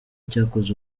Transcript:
cyakoze